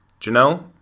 Janelle